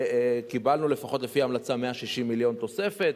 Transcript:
וקיבלנו, לפחות לפי ההמלצה, 160 מיליון תוספת.